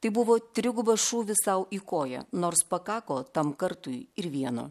tai buvo trigubas šūvis sau į koją nors pakako tam kartui ir vieno